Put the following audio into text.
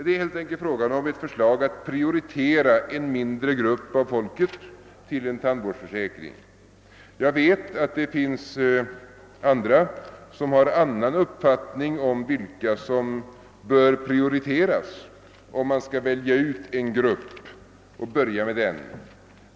Det är helt enkelt fråga om ett förslag att prioritera en mindre grupp av folket till en tandvårdsförsäkring. Jag vet att det finns andra, som har annnan uppfattning om vilka som bör prioriteras om man skall välja ut en grupp och börja med den.